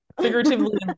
figuratively